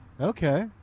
Okay